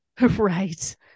Right